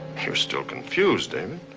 you're still confused, david.